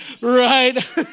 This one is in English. Right